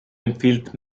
empfiehlt